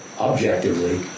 objectively